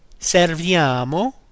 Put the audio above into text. serviamo